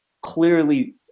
clearly